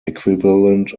equivalent